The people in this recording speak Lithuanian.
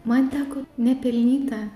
man teko nepelnyta